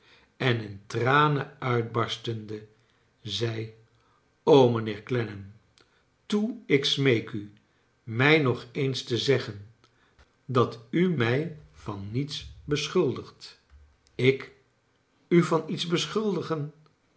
en in tranen uitbarstende zei mijnheer clennam toe ik smeek u mij nog eens te zeggen dat u mij van niets beschuldigt ik u van iets beschuldigen